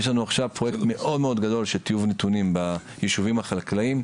יש לנו עכשיו פרויקט מאוד גדול של טיוב נתונים ביישובים החקלאיים.